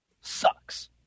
sucks